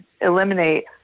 eliminate